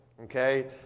Okay